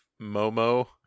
Momo